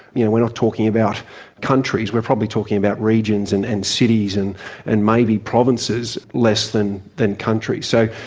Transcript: you know, we're not talking about countries, we're probably talking about regions and and cities and and maybe provinces less than than countries. so,